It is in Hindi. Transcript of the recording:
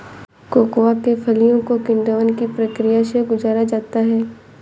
कोकोआ के फलियों को किण्वन की प्रक्रिया से गुजारा जाता है